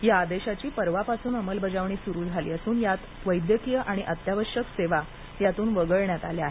या आदेशाची परवापासून अंमलबजावणी सुरु झाली असून यातून वैद्यकीय आणि अत्यावश्यक सेवा वगळण्यात आल्या आहेत